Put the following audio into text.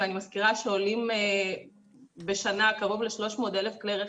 ואני מזכירה שעולים בשנה קרוב ל-300,000 כלי רכב